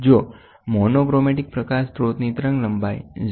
જો મોનોક્રોમેટિક પ્રકાશ સ્રોતની તરંગલંબાઇ 0